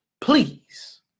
please